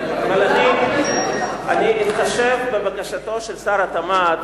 אני אתחשב בבקשתו של שר התמ"ת,